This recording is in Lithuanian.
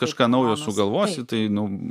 kažką naujo sugalvosi tai nu